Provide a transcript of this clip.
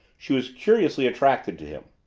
she was curiously attracted to him.